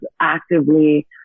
actively